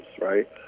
Right